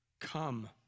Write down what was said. come